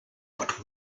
but